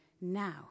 now